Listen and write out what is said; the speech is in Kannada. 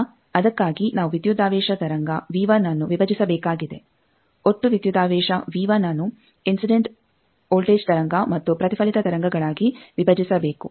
ಈಗ ಅದಕ್ಕಾಗಿ ನಾವು ವಿದ್ಯುದಾವೇಶ ತರಂಗ V1 ನ್ನು ವಿಭಜಿಸಬೇಕಾಗಿದೆ ಒಟ್ಟು ವಿದ್ಯುದಾವೇಶ V1ಅನ್ನು ಇನ್ಸಿಡೆಂಟ್ ವೋಲ್ಟೇಜ್ ತರಂಗ ಮತ್ತು ಪ್ರತಿಫಲಿತ ತರಂಗಗಳಾಗಿ ವಿಭಜಿಸಬೇಕು